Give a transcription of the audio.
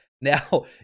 Now